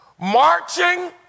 marching